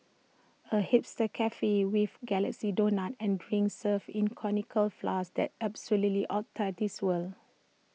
A hipster Cafe with galaxy donuts and drinks served in conical flasks that's absolutely outta this world